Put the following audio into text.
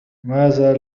ماذا